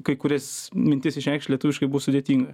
kai kurias mintis išreikšt lietuviškai buvo sudėtinga